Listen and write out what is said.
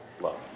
love